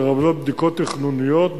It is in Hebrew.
לרבות בדיקות תכנוניות,